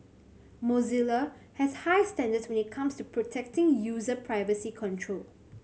Mozilla has high standards when it comes to protecting user privacy control